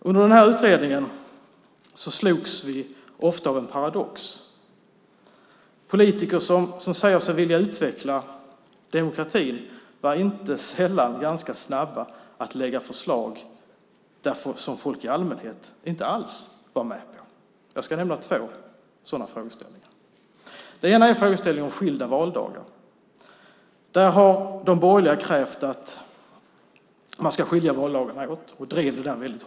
Under utredningen slogs vi ofta av en paradox. Politiker som sade sig vilja utveckla demokratin var inte sällan snabba att lägga fram förslag som folk i allmänhet inte alls var med på. Jag ska nämna två sådana frågor. Det ena var frågan om skilda valdagar. Där krävde de borgerliga att man skulle skilja valdagarna åt, och man drev detta hårt.